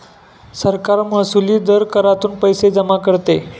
सरकार महसुली दर करातून पैसे जमा करते